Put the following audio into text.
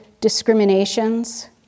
discriminations